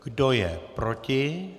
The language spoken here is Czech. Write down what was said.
Kdo je proti?